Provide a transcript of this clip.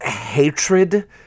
hatred